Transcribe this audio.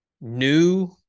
new